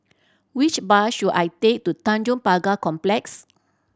which bus should I take to Tanjong Pagar Complex